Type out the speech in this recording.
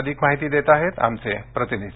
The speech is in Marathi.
अधिक माहिती देत आहेत आमचे प्रतिनिधी